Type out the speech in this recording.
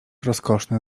rozkoszne